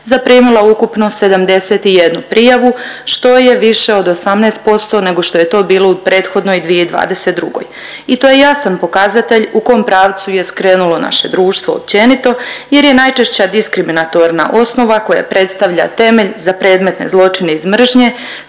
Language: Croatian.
zaprimila ukupno 71 prijavu, što je više od 18% nego što je to bilo u prethodnoj 2022. i to je jasan pokazatelj u kom pravcu je skrenulo naše društvo općenito jer je najčešća diskriminatorna osnova koja predstavlja temelj za predmetne zločine iz mržnje